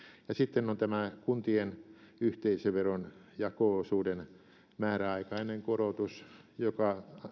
ja sitten on tämä kuntien yhteisöveron jako osuuden määräaikainen korotus joka